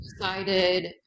decided